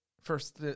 first